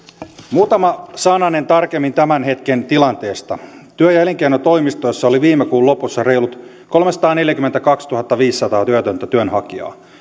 muutama sananen tarkemmin tämän hetken tilanteesta työ ja elinkeinotoimistoissa oli viime kuun lopussa reilut kolmesataaneljäkymmentäkaksituhattaviisisataa työtöntä työnhakijaa